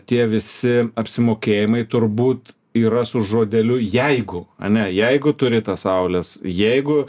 tie visi apsimokėjimai turbūt yra su žodeliu jeigu ane jeigu turi tą saulės jeigu